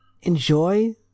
enjoy